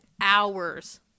hours